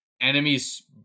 enemies